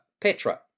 Petra